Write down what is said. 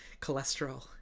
Cholesterol